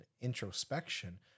introspection